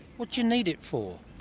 what do you need it for?